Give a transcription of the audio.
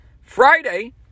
Friday